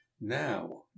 now